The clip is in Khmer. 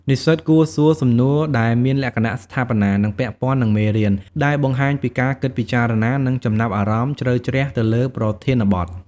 និស្សិតគួរសួរ សំណួរដែលមានលក្ខណៈស្ថាបនា និងពាក់ព័ន្ធនឹងមេរៀន ដែលបង្ហាញពីការគិតពិចារណា និងចំណាប់អារម្មណ៍ជ្រៅជ្រះទៅលើប្រធានបទ។